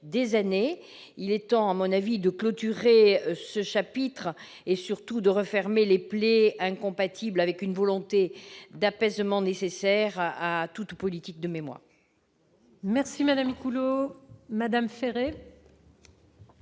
Il est temps, à mon avis, de clôturer ce chapitre et, surtout, de refermer les plaies incompatibles avec la volonté d'apaisement nécessaire à toute politique de mémoire. La parole est à Mme Corinne